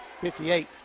58